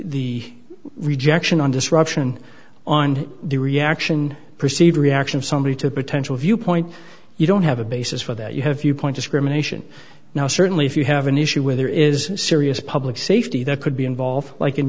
the rejection on disruption on the reaction perceived reaction of somebody to a potential viewpoint you don't have a basis for that you have viewpoint discrimination now certainly if you have an issue where there is serious public safety that could be involved like in